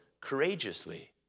courageously